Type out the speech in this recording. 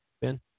Ben